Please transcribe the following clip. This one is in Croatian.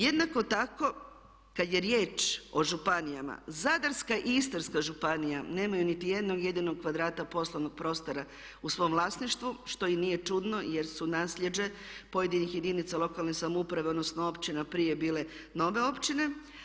Jednako tako kad je riječ o županijama, Zadarska i Istarska županija nemaju niti jednog jedinog kvadrata poslovnog prostora u svom vlasništvu što i nije čudno jer su nasljeđe pojedinih jedinica lokalne samouprave, odnosno općina prije bile nove općine.